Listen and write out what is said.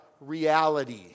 reality